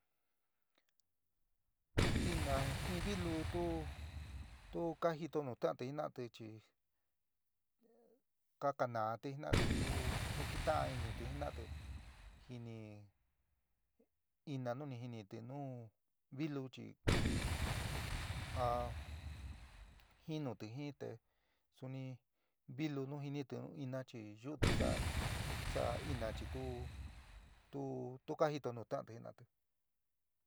Ina jin vilu tú, tu ka jito nu ta'anti jina'ati chi ka kanáati jinaati tu keta´an initi jinaatɨ ini, ina nu ni jiniti nuu vilu cni a jinuti jin te suni vilu nu jinitɨ nu ina chi yuutɨ sa'a, sa'a ina chi tu. tu ka jitoó nu ta'anti jina'ati.